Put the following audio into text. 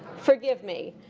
forgive me.